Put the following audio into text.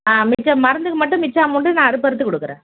ஆ மிச்சம் மருந்துக்கு மட்டும் மிச்ச அமௌண்டு நான் அறுப்பறுத்து கொடுக்குறேன்